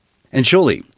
and surely,